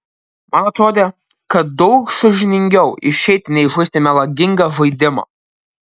man atrodė kad daug sąžiningiau išeiti nei žaisti melagingą žaidimą